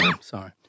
Sorry